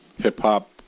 hip-hop